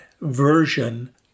version